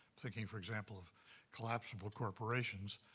thinking, for example, of collapsible corporations,